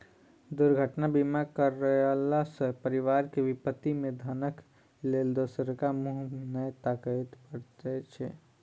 दुर्घटना बीमा करयला सॅ परिवार के विपत्ति मे धनक लेल दोसराक मुँह नै ताकय पड़ैत छै